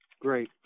Great